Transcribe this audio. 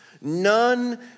None